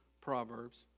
Proverbs